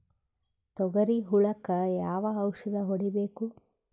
ತೊಗರಿ ಹುಳಕ ಯಾವ ಔಷಧಿ ಹೋಡಿಬೇಕು?